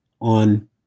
on